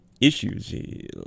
issues